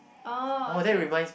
oh okay